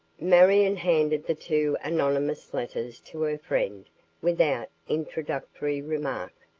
marion handed the two anonymous letters to her friend without introductory remark,